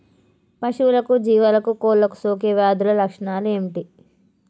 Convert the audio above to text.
పశువులకు జీవాలకు కోళ్ళకు సోకే వ్యాధుల లక్షణాలు ఏమిటి?